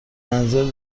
منزل